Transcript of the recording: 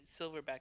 Silverback